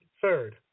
Third